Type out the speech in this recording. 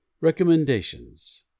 recommendations